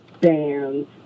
bands